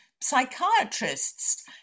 psychiatrists